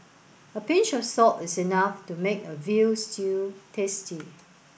a pinch of salt is enough to make a veal stew tasty